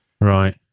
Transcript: right